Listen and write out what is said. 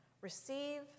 Receive